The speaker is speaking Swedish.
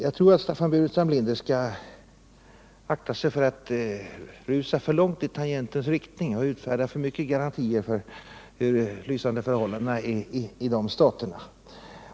Jag tror att Staffan Burenstam Linder skall akta sig för att rusa för långt i tangentens riktning och utfärda för mycket garantier för de lysande förhållandena i dessa stater.